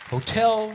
Hotel